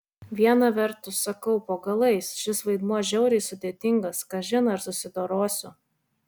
viena vertus sau sakau po galais šis vaidmuo žiauriai sudėtingas kažin ar susidorosiu